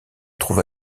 trouve